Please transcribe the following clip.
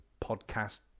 podcast